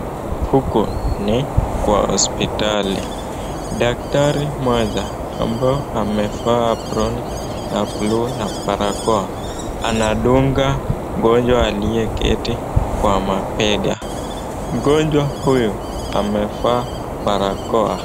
Huku ni kwa hospitali, daktari moja ambaye amevaa aproni ya buluu na barakoa anadunga mgonjwa aliyeketi kwa mabega, mgonjwa huyu amevaa barakoa .